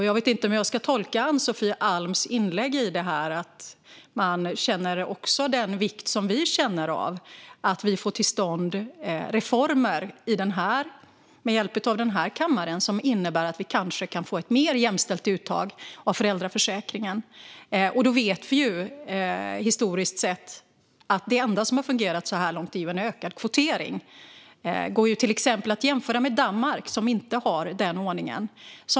Jag vet inte om jag ska tolka Ann-Sofie Alms inlägg som att också ni känner den vikt som vi känner av att vi får till stånd reformer med hjälp av den här kammaren som innebär att vi kanske kan få ett mer jämställt uttag av föräldraförsäkringen. Vi vet att det enda som historiskt sett har fungerat så här långt är en ökad kvotering. Det går till exempel att jämföra med Danmark, som inte har denna ordning.